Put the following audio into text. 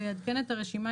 ויעדכן את הרשימה,